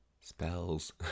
spells